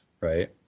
Right